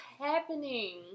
happening